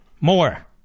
More